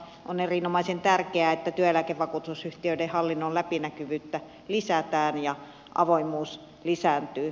on erinomaisen tärkeää että työeläkevakuutusyhtiöiden hallinnon läpinäkyvyyttä lisätään ja avoimuus lisääntyy